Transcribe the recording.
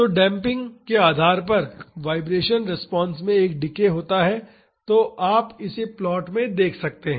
तो डेम्पिंग के आधार पर वाइब्रेशन रिस्पांस में एक डिके होता है तो आप इसे प्लाट में देख सकते हैं